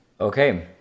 Okay